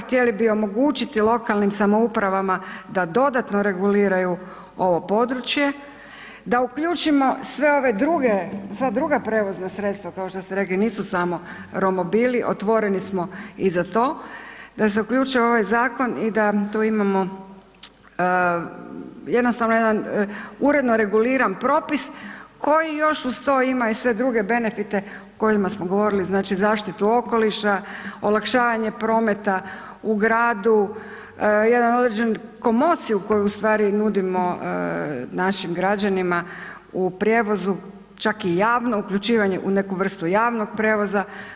Htjeli bi omogućiti lokalnim samoupravama da dodatno reguliraju ovo područje, da uključivo sve ove druge, sva druga prijevozna sredstva, kao što ste rekli nisu samo romobili otvoreni smo i za to da se uključe u ovaj zakon i da tu imamo jednostavno jedan uredno reguliran propis koji još uz to ima i sve druge benefite o kojima smo govorili znači zaštitu okoliša, olakšavanje prometa u gradu, jednu određenu komociju koju ustvari nudimo našim građanima u prijevozu čak i javno uključivanje u neku vrstu javnog prijevoza.